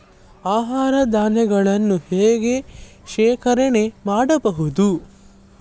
ಆಹಾರ ಧಾನ್ಯಗಳನ್ನು ಹೇಗೆ ಶೇಖರಣೆ ಮಾಡಬಹುದು?